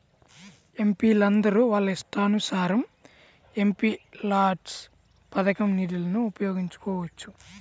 ఎంపీలందరూ వాళ్ళ ఇష్టానుసారం ఎంపీల్యాడ్స్ పథకం నిధులను ఉపయోగించుకోవచ్చు